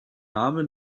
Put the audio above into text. name